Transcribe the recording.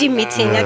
meeting